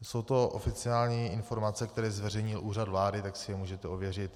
Jsou to oficiální informace, které zveřejnil Úřad vlády, tak si je můžete ověřit.